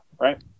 right